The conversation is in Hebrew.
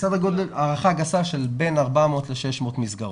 סדר גודל, הערכה גסה של בין 400 ל-600 מסגרות.